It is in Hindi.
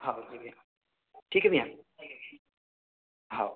हओ भैया ठीक भैया हओ